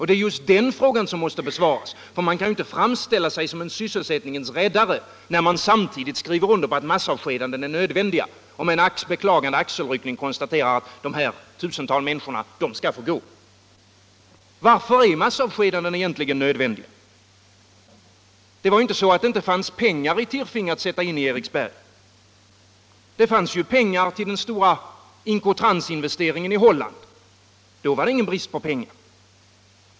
Det är just den frågan som måste besvaras, för man kan inte framställa sig som en sysselsättningens räddare när man samtidigt skriver under att massavskedanden är nödvändiga och med en beklagande axelryckning konstaterar att de här tusentals människorna skall få gå. Varför är massavskedanden egentligen nödvändiga? Det var ju inte så, att det inte fanns pengar i Tirfing att sätta in i Eriksberg. Det fanns ju pengar till den stora Incotransinvesteringen i Holland. Då var det ingen brist på pengar.